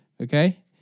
Okay